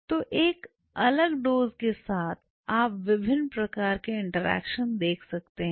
तो एक अलग डोज़ के साथ आप विभिन्न प्रकार के इंटरैक्शन देख सकते हैं